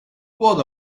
what